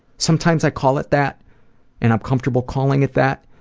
sometimes i call it that and i'm comfortable calling it that,